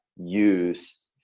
use